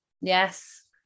Yes